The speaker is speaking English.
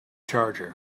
charger